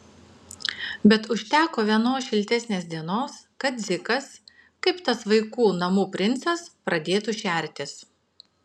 bet užteko vienos šiltesnės dienos kad dzikas kaip tas vaikų namų princas pradėtų šertis